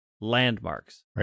landmarks